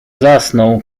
zasnął